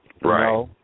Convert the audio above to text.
Right